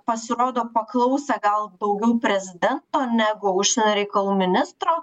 pasirodo paklausė gal daugiau prezidento negu užsienio reikalų ministro